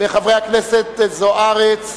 הכנסת אורית זוארץ,